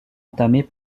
entamées